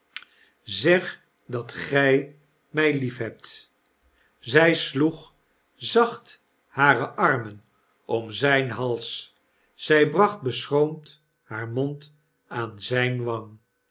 zeg dat gj mij liefhebt zy sloeg zacht hare armen om zyn hals zi bracht beschroomd haar mond aan zyne wang